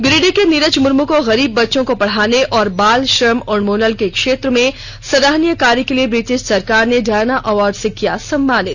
गिरिडीह के नीरज मुर्मू को गरीब बच्चों को पढ़ाने और बाल श्रम उन्मूलन के क्षेत्र में सराहनीय कार्य के लिए ब्रिटिष सरकार ने डायना अवार्ड से किया सम्मानित